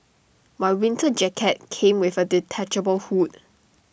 my winter jacket came with A detachable hood